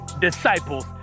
disciples